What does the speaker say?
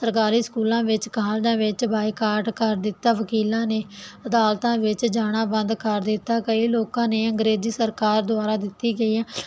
ਸਰਕਾਰੀ ਸਕੂਲਾਂ ਵਿੱਚ ਕਾਲਜਾ ਵਿੱਚ ਬਾਈਕਾਟ ਕਰ ਦਿੱਤਾ ਵਕੀਲਾਂ ਨੇ ਅਦਾਲਤਾਂ ਵਿੱਚ ਜਾਣਾ ਬੰਦ ਕਰ ਦਿੱਤਾ ਕਈ ਲੋਕਾਂ ਨੇ ਅੰਗਰੇਜ਼ੀ ਸਰਕਾਰ ਦੁਆਰਾ ਦਿੱਤੀ ਗਈ